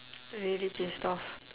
really pissed off